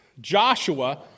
Joshua